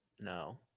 no